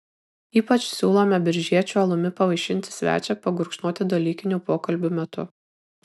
ypač siūlome biržiečių alumi pavaišinti svečią pagurkšnoti dalykinių pokalbių metu